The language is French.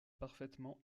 parfaitement